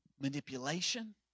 manipulation